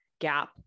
gap